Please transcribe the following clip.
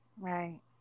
Right